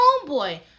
homeboy